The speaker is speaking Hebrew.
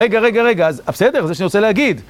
רגע, רגע, רגע, אז בסדר? זה שאני רוצה להגיד.